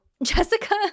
Jessica